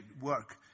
work